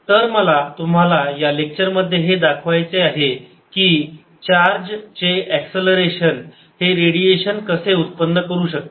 तर मला तुम्हाला या लेक्चरमध्ये हे दाखवायचे आहे की चार्ज चे एक्सेलरेशन हे रेडिएशन कसे उत्पन्न करू शकते